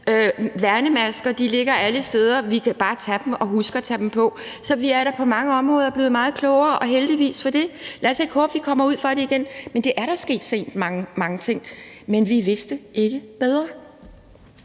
Værnemasker ligger alle steder; vi kan bare tage dem – og skal huske at tage dem på. Så vi er da på mange områder blevet meget klogere og heldigvis for det. Lad os ikke håbe, at vi kommer ud for det igen. Og mange ting er da sket sent, men vi vidste ikke bedre.